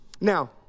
Now